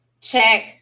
check